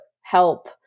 help